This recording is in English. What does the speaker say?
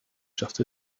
just